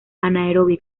anaerobio